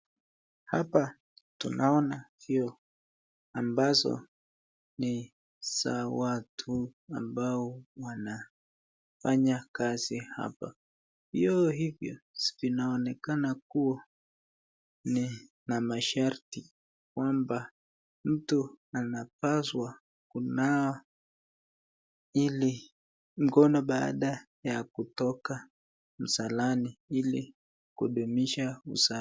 Hapa tunaona vyoo ambazo ni za watu ambao wanafanya kazi hapa. Vyoo hivyo vinaonekana kuwa vina masharti kwamba mtu anapaswa kunawa ili mkono baada ya kutoka msalani ili kudumisha usafi.